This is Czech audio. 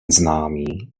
známý